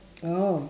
oh